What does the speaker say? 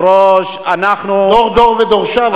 דור דור ודורשיו.